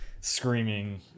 screaming